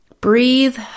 Breathe